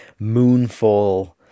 Moonfall